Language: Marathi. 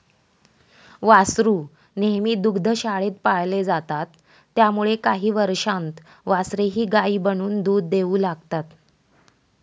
वासरू नेहमी दुग्धशाळेत पाळले जातात त्यामुळे काही वर्षांत वासरेही गायी बनून दूध देऊ लागतात